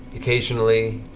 occasionally,